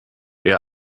eher